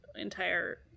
entire